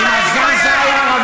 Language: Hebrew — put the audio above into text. אתה צריך